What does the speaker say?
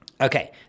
Okay